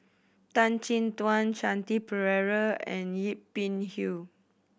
Tan Chin Tuan Shanti Pereira and Yip Pin Hiu